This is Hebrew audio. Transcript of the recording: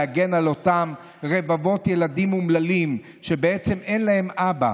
להגן על אותם רבבות ילדים אומללים שבעצם אין להם אבא,